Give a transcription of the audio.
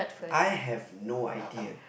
I have no idea